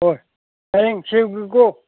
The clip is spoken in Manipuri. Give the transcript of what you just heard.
ꯍꯣꯏ ꯍꯦꯌꯡ ꯁꯦꯝꯕꯤꯎꯀꯣ